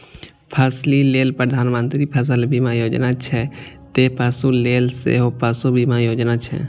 फसिल लेल प्रधानमंत्री फसल बीमा योजना छै, ते पशु लेल सेहो पशु बीमा योजना छै